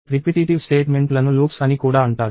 repetitive స్టేట్మెంట్లను loops అని కూడా అంటారు